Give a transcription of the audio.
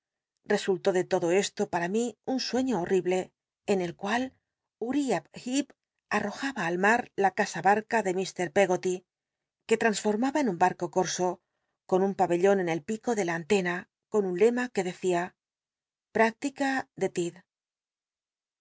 sultó de lodo esto para mi un sueño hol'l'ible en el cual ur'iah lleep arrojaba al mar la casaba de mr peggoty que transformaba en un barco corso con un pabcllon en el pico de la entcnn con un lema que decia de